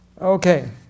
Okay